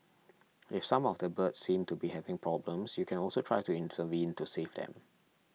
if some of the birds seem to be having problems you can also try to intervene to save them